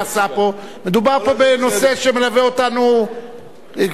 מדובר פה בנושא שמלווה אותנו 60 שנה.